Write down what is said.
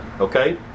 Okay